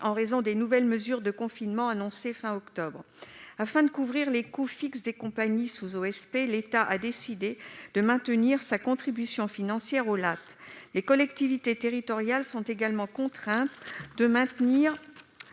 en raison des nouvelles mesures de confinement annoncées à la fin d'octobre. Afin de couvrir les coûts fixes de compagnies sous OSP, l'État a décidé de maintenir sa contribution financière aux LAT. Les collectivités territoriales sont également contraintes de maintenir